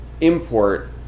Import